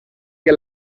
que